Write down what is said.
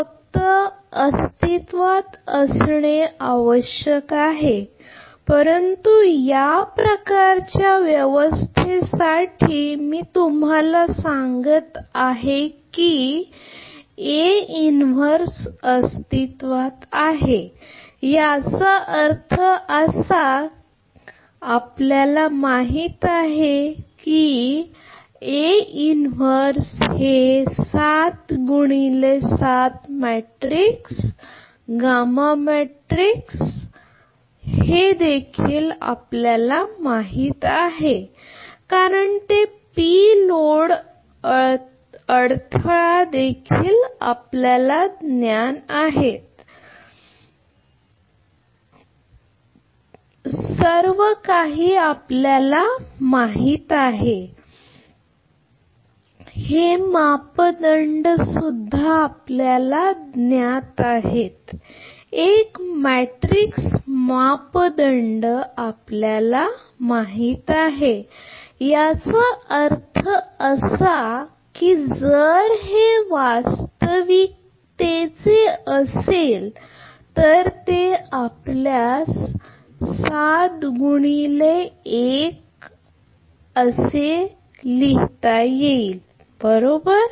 फक्त अस्तित्त्वात असणे आवश्यक आहे परंतु या प्रकारच्या व्यवस्थेसाठी मी तुम्हाला सांगत आहे की अस्तित्वात आहे याचा अर्थ असा की आपल्याला हे माहित आहे की हे 7x7 मॅट्रिक्स गामा मॅट्रिक्स आपल्याला देखील योग्यरित्या माहित आहे आणि कारण ते पी लोड अडथळा देखील आपल्याला ज्ञात आहेत सर्व काही आपल्याला ज्ञात आहे हे मापदंड आपल्याला ज्ञात आहेत एक मॅट्रिक्स मापदंड आपल्याला ज्ञात आहेत याचा अर्थ असा की जर हे वास्तविकतेचे असेल तर ते आपल्यास असे म्हणतात की आपण 7 x 1 म्हणता बरोबर